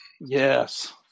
Yes